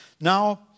Now